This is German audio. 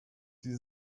die